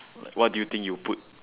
what do you think you'll put